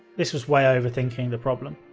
this was way overthinking the problem.